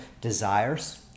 desires